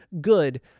good